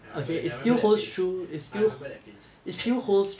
I remember I remember that phase I remember that phase